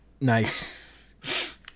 Nice